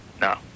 No